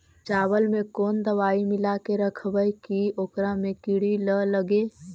चावल में कोन दबाइ मिला के रखबै कि ओकरा में किड़ी ल लगे?